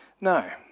No